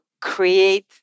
create